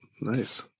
Nice